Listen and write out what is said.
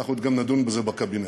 אנחנו עוד נדון בזה בקבינט,